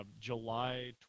July